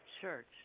church